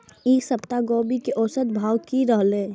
ई सप्ताह गोभी के औसत भाव की रहले?